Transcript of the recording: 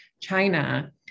China